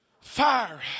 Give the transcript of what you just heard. Fire